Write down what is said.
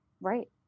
Right